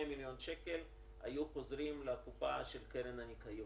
מיליון שקל היו חוזרים לקופה של קרן הניקיון.